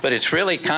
but it's really kind